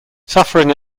suffering